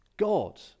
God